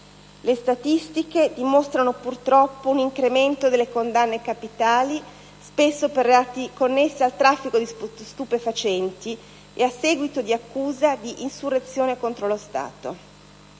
Le statistiche dimostrano purtroppo un incremento delle condanne capitali, spesso per reati connessi al traffico di stupefacenti e a seguito di accusa di insurrezione contro lo Stato.